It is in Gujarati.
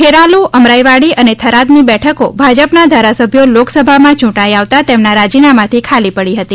ખેરાલુ અમરાઇવાડી અને થરાદની બેઠકો ભાજપના ધારાસભ્યો લોકસભામાં યૂંટાઇ આવતાં તેમના રાજીનામાથી ખાલી પડી હતી